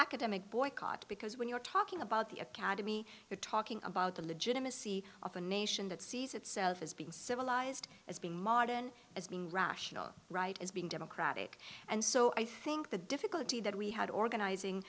academic boycott because when you're talking about the academy you're talking about the legitimacy of a nation that sees itself as being civilized as being martin as being rational right as being democratic and so i think the difficulty that we had